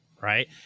Right